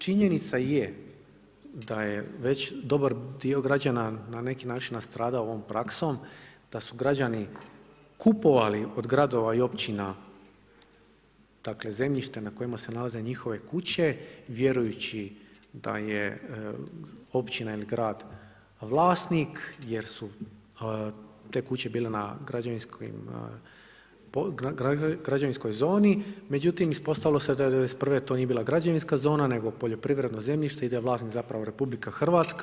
Činjenica je da je već dobar dio građana na neki način nastradao ovom praksom, da su građani kupovali od gradova i općina zemljište na kojima se nalaze njihove kuće vjerujući da je općina ili grad vlasnik jer su te kuće bile na građevinskoj zoni, međutim ispostavilo se da to '91. to nije bila građevinska zona nego poljoprivredno zemljište i da je vlasnik RH.